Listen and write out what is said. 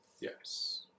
Yes